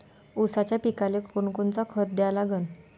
ऊसाच्या पिकाले कोनकोनचं खत द्या लागन?